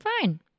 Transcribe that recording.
Fine